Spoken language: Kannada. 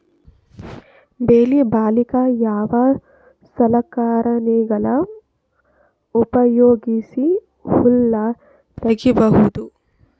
ಬೆಳಿ ಬಳಿಕ ಯಾವ ಸಲಕರಣೆಗಳ ಉಪಯೋಗಿಸಿ ಹುಲ್ಲ ತಗಿಬಹುದು?